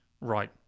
Right